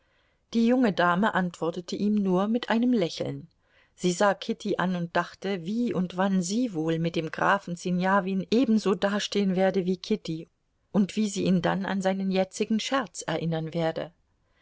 die junge dame antwortete ihm nur mit einem lächeln sie sah kitty an und dachte wie und wann sie wohl mit dem grafen sinjawin ebenso dastehen werde wie kitty und wie sie ihn dann an seinen jetzigen scherz erinnern werde